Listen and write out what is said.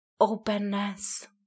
openness